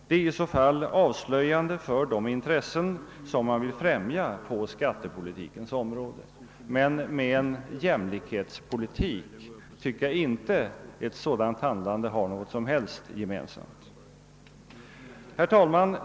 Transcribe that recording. Det är i så fall avslöjande för de intressen som man vill främja på skattepolitikens område. Med en jämlikhetspolitik tycker jag inte att ett sådant handlande har något som helst gemensamt. Herr talman!